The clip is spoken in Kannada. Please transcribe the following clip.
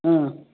ಹ್ಞೂ